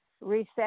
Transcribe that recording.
reset